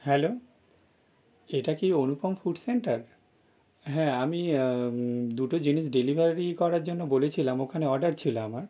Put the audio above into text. hello এটা কি Anupam food centre হ্যাঁ আমি দুটো জিনিস ডেলিভারি করার জন্য বলেছিলাম ওখানে অর্ডার ছিল আমার